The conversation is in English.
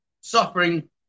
suffering